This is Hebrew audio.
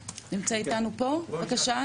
בבקשה,